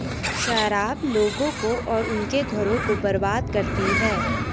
शराब लोगों को और उनके घरों को बर्बाद करती है